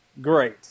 Great